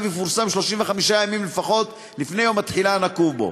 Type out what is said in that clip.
יפורסם 35 ימים לפחות לפני יום התחילה הנקוב בו.